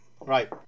Right